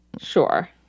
Sure